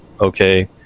okay